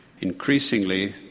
Increasingly